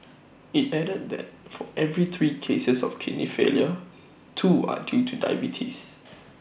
IT added that for every three cases of kidney failure two are due to diabetes